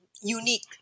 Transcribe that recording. unique